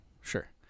Sure